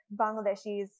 Bangladeshis